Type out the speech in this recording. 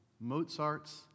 Mozart's